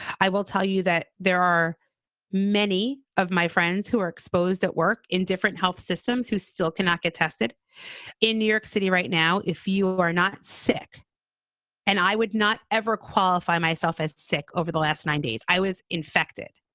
i will tell you that there are many of my friends who are exposed at work in different health systems who still cannot get tested in new york city right now. if you are not sick and i would not ever qualify myself as sick. over the last nine days, i was infected.